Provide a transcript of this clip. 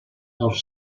als